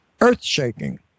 earth-shaking